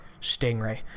stingray